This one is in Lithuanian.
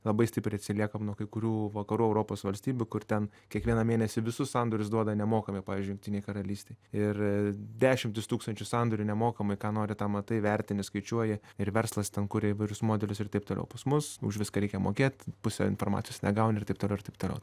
labai stipriai atsiliekam nuo kai kurių vakarų europos valstybių kur ten kiekvieną mėnesį visus sandorius duoda nemokamai pavyzdžiui jungtinė karalystė ir dešimtis tūkstančių sandorių nemokamai ką nori tą matai vertini skaičiuoji ir verslas ten kuria įvairius modelius ir taip toliau pas mus už viską reikia mokėt pusę informacijos negauni ir taip toliau ir taip toliau